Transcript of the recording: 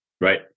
Right